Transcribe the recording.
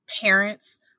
parents